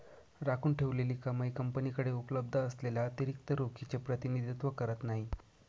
राखून ठेवलेली कमाई कंपनीकडे उपलब्ध असलेल्या अतिरिक्त रोखीचे प्रतिनिधित्व करत नाही